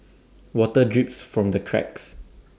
water drips from the cracks